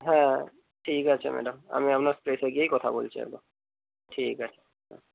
হ্যাঁ ঠিক আছে ম্যাডাম আমি আপনার স্পেসে গিয়েই কথা বলছি একবার ঠিক আছে হ্যাঁ